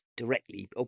directly